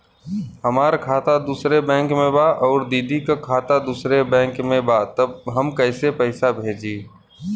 हमार खाता दूसरे बैंक में बा अउर दीदी का खाता दूसरे बैंक में बा तब हम कैसे पैसा भेजी?